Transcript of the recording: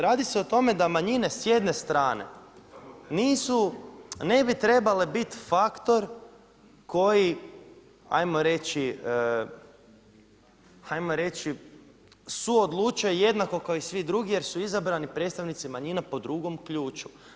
Radi se o tome da manjine s jedne strane nisu, ne bi trebale biti faktor koji hajmo reći, hajmo reći su odluče jednako kao i svi drugi jer su izabrani predstavnici manjina po drugom ključu.